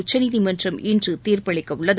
உச்சநீதிமன்றம் இன்று தீர்ப்பளிக்க உள்ளது